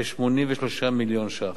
כ-83 מיליון ש"ח,